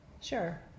Sure